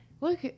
Look